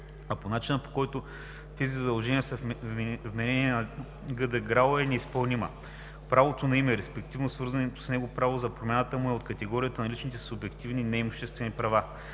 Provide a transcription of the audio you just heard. а по начина, по който тези задължения са вменени на ГД ГРАО, е неизпълнима. Правото на име, респективно свързаното с него право за промяната му са от категорията на личните субективни неимуществени права.